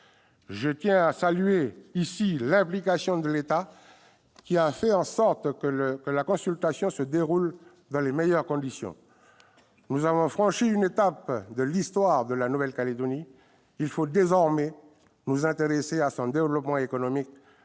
Je tiens à saluer l'implication de l'État, qui a fait en sorte que la consultation se déroule dans les meilleures conditions. Nous avons franchi une étape de l'histoire de la Nouvelle-Calédonie. Il faut désormais nous intéresser à son développement économique,